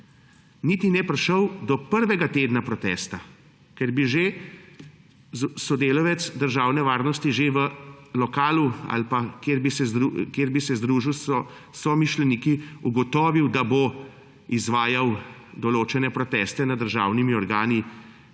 niti ne bi prišel do prvega tedna protesta, ker bi že sodelavec Službe državne varnosti že v lokalu ali pa tam, kjer bi se združil s somišljeniki, ugotovil, da bo izvajal določene proteste nad državnimi organi;